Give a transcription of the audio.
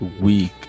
week